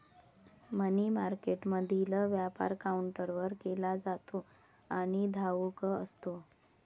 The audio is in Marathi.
मनी मार्केटमधील व्यापार काउंटरवर केला जातो आणि घाऊक असतो